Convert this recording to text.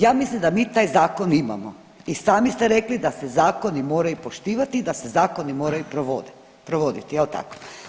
Ja mislim da mi taj zakon imamo i sami ste rekli da se zakoni moraju poštivati i da se zakoni moraju provoditi, je li tako?